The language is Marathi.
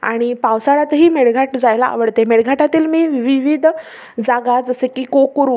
आणि पावसाळ्यातही मेळघाट जायला आवडते मेळघाटातील मी वि विविध जागा जसे की कोकरू